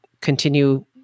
continue